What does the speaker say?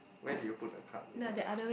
where did you put the card is on the